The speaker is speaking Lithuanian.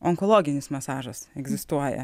onkologinis masažas egzistuoja